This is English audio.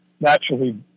naturally